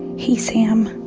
hey, sam.